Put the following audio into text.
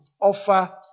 offer